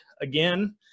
again